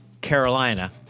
Carolina